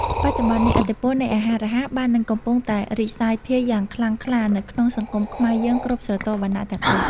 បច្ចុប្បន្ននេះឥទ្ធិពលនៃអាហាររហ័សបាននឹងកំពុងតែរីកសាយភាយយ៉ាងខ្លាំងក្លានៅក្នុងសង្គមខ្មែរយើងគ្រប់ស្រទាប់វណ្ណៈទាំងអស់។